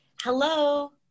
hello